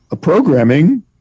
programming